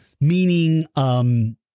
meaning